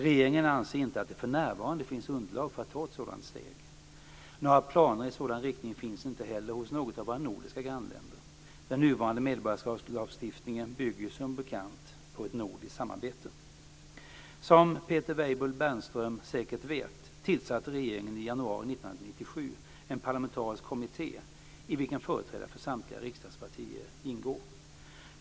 Regeringen anser inte att det för närvarande finns underlag för att ta ett sådant steg. Några planer i sådan riktning finns inte heller hos något av våra nordiska grannländer. Den nuvarande medborgarskapslagstiftningen bygger ju som bekant på ett nordiskt samarbete. Som Peter Weibull Bernström säkert vet tillsatte regeringen i januari 1997 en parlamentarisk kommitté, i vilken företrädare för samtliga riksdagspartier ingår.